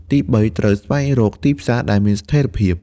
ទីបី ត្រូវ ស្វែងរកទីផ្សារដែលមានស្ថិរភាព។